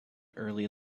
early